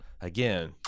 again